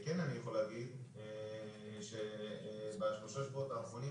כן אני יכול להגיד שבשלושת השבועות האחרונים